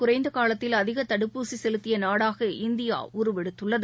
குறைந்த காலத்தில் அதிக தடுப்பூசி செலுத்திய நாடாக இந்தியா உருவெடுத்துள்ளது